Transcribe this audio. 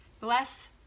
Bless